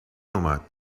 اومد